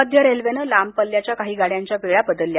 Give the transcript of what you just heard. मध्य रेल्वेनं लांब पल्ल्याच्या काही गाड्यांच्या वेळा बदलल्या